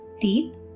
teeth